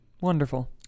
wonderful